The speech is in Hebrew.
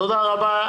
תודה רבה.